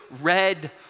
red